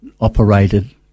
operated